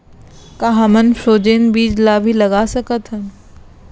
का हमन फ्रोजेन बीज ला भी लगा सकथन?